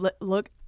look